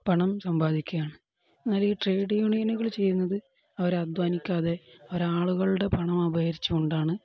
പണം സമ്പാദിക്കുകയാണ് എന്നാൽ ഈ ട്രേഡ് യൂണിയനുകൾ ചെയ്യുന്നത് അവർ അധ്വാനിക്കാതെ അവർ ആളുകളുടെ പണം അപഹരിച്ച് കൊണ്ടാണ്